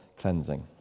cleansing